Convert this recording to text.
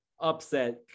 upset